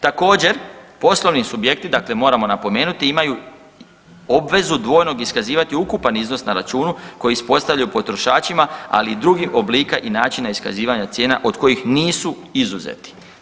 Također, poslovni subjekti, dakle, moramo napomenuti, imaju obvezu dvojnog iskazivati ukupan iznos na računu koji ispostavljaju potrošačima ali i drugih oblika i načina iskazivanja cijena od kojih nisu izuzeti.